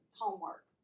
Homework